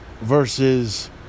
versus